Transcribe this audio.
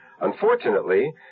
Unfortunately